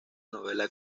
novela